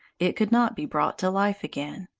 it could not be brought to life again.